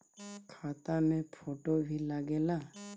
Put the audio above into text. खाता मे फोटो भी लागे ला?